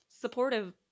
supportive